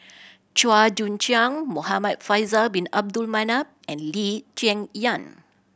Chua Joon Siang Muhamad Faisal Bin Abdul Manap and Lee Cheng Yan